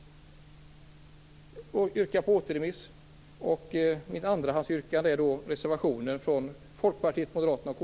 Jag yrkar på återremiss. Mitt andrahandsyrkande gäller reservationen från Folkpartiet, Moderaterna och